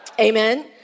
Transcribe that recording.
Amen